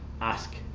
ask